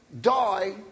die